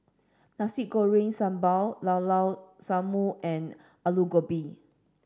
Nasi Goreng Sambal Llao Llao Sanum and Aloo Gobi